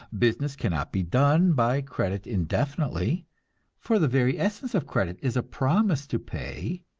business cannot be done by credit indefinitely for the very essence of credit is a promise to pay,